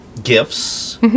Gifts